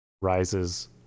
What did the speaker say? rises